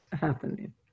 happening